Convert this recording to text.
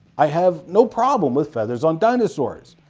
i have no problem with feathers on dinosaurs,